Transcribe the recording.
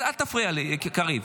--- אל תפריע לי, קריב.